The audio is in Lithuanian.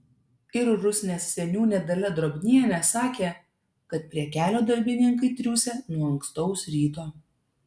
ir rusnės seniūnė dalia drobnienė sakė kad prie kelio darbininkai triūsia nuo ankstaus ryto